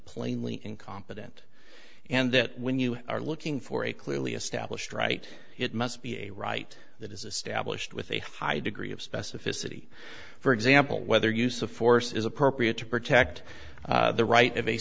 plainly incompetent and that when you are looking for a clearly established right it must be a right that is a stablished with a high degree of specificity for example whether use of force is appropriate to protect the right